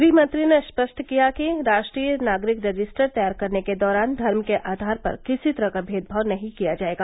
गृहमंत्री ने स्पष्ट किया कि राष्ट्रीय नागरिक रजिस्टर तैयार करने के दौरान धर्म के आधार पर किसी तरह का भेदभाव नही किया जाएगा